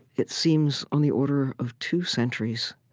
it seems, on the order of two centuries,